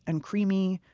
and creamy,